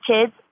kids